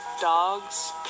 Dogs